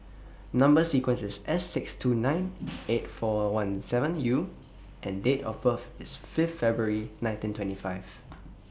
Number sequence IS S six two nine eight four one seven U and Date of birth IS Fifth February nineteen twenty five